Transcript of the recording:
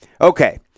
Okay